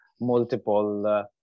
multiple